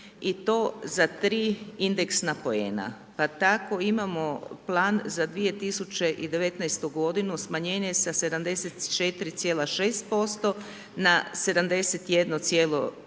i to za 3 indeksna poena. Pa tako imamo plan za 2019. g. smanjenje sa 74,6% na 71,6%